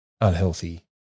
unhealthy